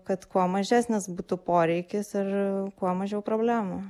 kad kuo mažesnis butų poreikis ir kuo mažiau problemų